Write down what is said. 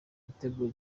utegura